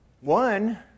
one